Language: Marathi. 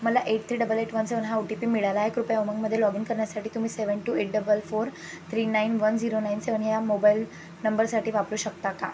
मला eight three double eight one seven हा ओ टी पी मिळाला आहे कृपया उमंगमध्ये लॉग इन करण्यासाठी तुम्ही seven two eight double four three nine one zero nine seven या मोबाईल नंबरसाठी वापरू शकता का